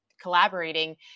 collaborating